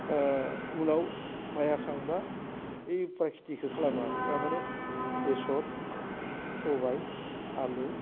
उनाव माइ हाखांबा ओइ उफ्रा खेथिखौ खालामो आरो थारमाने बेसर सबाय आलु